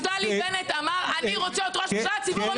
נפתלי בנט אמר: אני רוצה להיות ראש ממשלה,